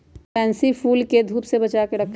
pansy फूल के धूप से बचा कर रखे पड़ा हई